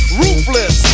Ruthless